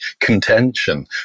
contention